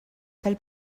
tal